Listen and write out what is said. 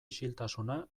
isiltasuna